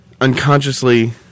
unconsciously